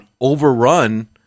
overrun